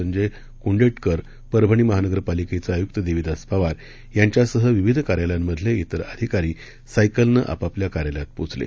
संजय कुंडेटकर परभणी महानगरपालिकेचे आयुक्त देविदास पवार यांच्यासह विविध कार्यालयांमधे त्विर अधिकारी सायकलनं आपापल्या कार्यालयात पोचले